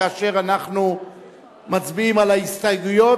כאשר אנחנו מצביעים על ההסתייגויות